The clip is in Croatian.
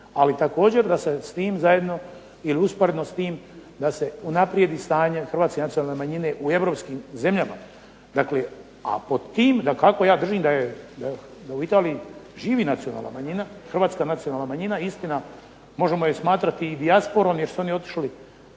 ali također da se s tim zajedno ili usporedno s njim da se unaprijedi stanje hrvatske nacionalne manjine u europskim zemljama. A pod tim, dakako ja držim da u Italiji živi hrvatska nacionalna manjina, istina možemo je smatrati i dijasporom jer su oni otišli